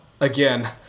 Again